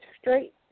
straight